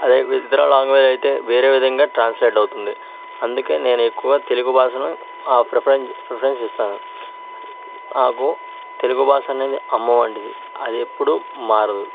అదే ఇతర లాంగ్వేజ్ అయితే వేరే విధంగా ట్రాన్సలేట్ అవుతుంది అందుకే నేను ఎక్కువ తెలుగు భాషను ఆ ప్రిఫెరెన్సు ప్రిఫెరెన్స్ ఇస్తాను నాకు తెలుగు భాష అనేది అమ్మ వంటిది అది ఎప్పుడు మారదు